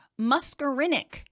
muscarinic